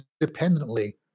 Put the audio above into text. independently